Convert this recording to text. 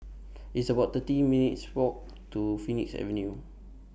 It's about thirty minutes' Walk to Phoenix Avenue